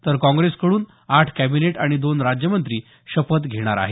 तर काँग्रेसकडून आठ कॅबिनेट आणि दोन राज्यमंत्री शपथ घेणार आहेत